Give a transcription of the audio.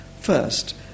First